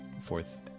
Fourth